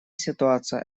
ситуация